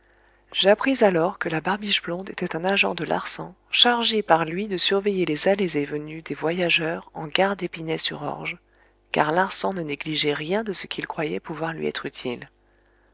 j'appris alors que la barbiche blonde était un agent de larsan chargé par lui de surveiller les allées et venues des voyageurs en gare dépinay sur orge car larsan ne négligeait rien de ce qu'il croyait pouvoir lui être utile